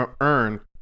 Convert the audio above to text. earn